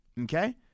okay